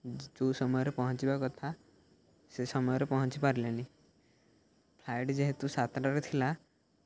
ଯେଉଁ ସମୟରେ ପହଞ୍ଚିବା କଥା ସେ ସମୟରେ ପହଞ୍ଚି ପାରିଲେନି ଫ୍ଲାଇଟ୍ ଯେହେତୁ ସାତଟାରେ ଥିଲା